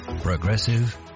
progressive